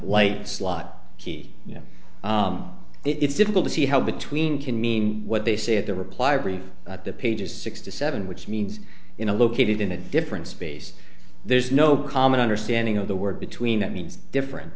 light slot key you know it's difficult to see how between can mean what they say at the reply brief the page is six to seven which means in a located in a different space there's no common understanding of the word between that means different